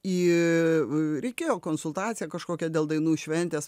į reikėjo konsultaciją kažkokią dėl dainų šventės